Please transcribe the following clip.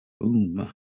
Boom